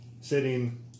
sitting